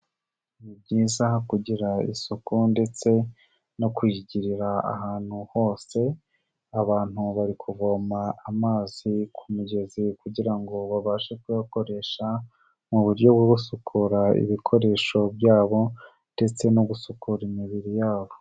Ni byiza kugira isuku ndetse no kuyigirira ahantu hose, abantu bari kuvoma amazi ku mugezi kugira ngo babashe kuyakoresha mu buryo bwo gusukura ibikoresho byabo ndetse no gusukura imibiri yabo.